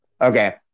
Okay